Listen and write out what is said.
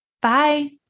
Bye